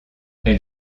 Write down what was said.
elle